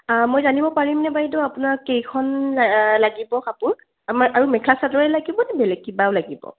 মই জানিব পাৰিমনে বাইদেউ আপোনাক কেইখন লাগিব কাপোৰ আমাৰ আৰু মেখেলা চাদৰে লাগিবনে বেলেগ কিবাও লাগিব